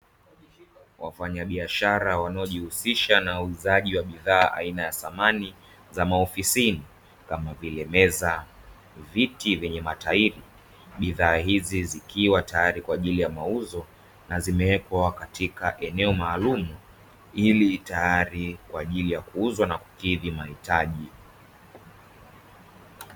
Wafanyabiashara wanaojihusisha na uuzaji wa bidhaa aina ya samani za maofisini kama vile meza, viti vyenye matairi. Bidhaa hizi zikiwa tayari kwaajili ya mauzo na zimewekwa katika eneo maalum ili tayari kwaajili ya kuuzwa na kukidhi mahitaji.